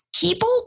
people